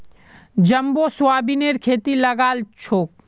jumbo सोयाबीनेर खेती लगाल छोक